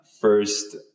first